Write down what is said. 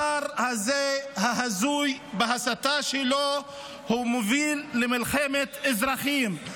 השר ההזוי הזה מוביל למלחמת אזרחים בהסתה שלו.